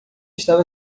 estava